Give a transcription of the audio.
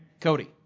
Cody